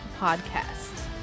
podcast